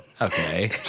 Okay